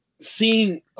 seeing